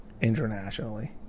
internationally